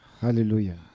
Hallelujah